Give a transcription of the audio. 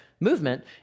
movement